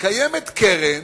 קיימת קרן